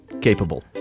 capable